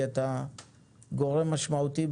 כדי לקדם את מתווה ההפרטה הנכון